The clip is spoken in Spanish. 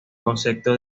concepto